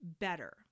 better